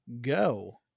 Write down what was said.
go